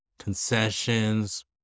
concessions